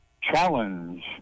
challenge